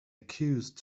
accused